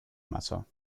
matter